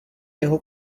jeho